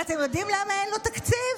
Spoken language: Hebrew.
ואתם יודעים למה אין לו תקציב?